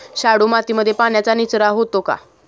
शाडू मातीमध्ये पाण्याचा निचरा होतो का?